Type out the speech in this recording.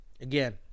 again